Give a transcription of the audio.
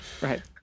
Right